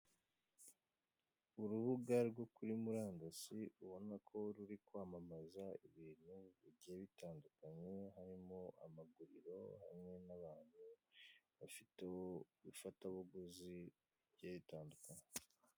Urubuga rwo kuri murandasi ubona ko ruri kwamamaza ibintu bigiye bitandukanye, harimo amaguriro hamwe n'abantu benshi bafite ifatabuguzi rigiye ritandukanye.